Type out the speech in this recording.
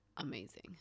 amazing